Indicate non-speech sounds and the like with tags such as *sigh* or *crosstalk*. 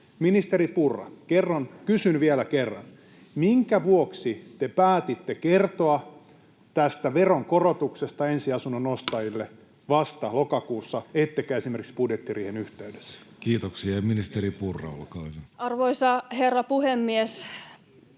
Ministeri Purra, kysyn vielä kerran: minkä vuoksi te päätitte kertoa tästä veronkorotuksesta ensiasunnon ostajille *noise* vasta lokakuussa ettekä esimerkiksi budjettiriihen yhteydessä? Kiitoksia. — Ministeri Purra, olkaa hyvä. Arvoisa herra puhemies!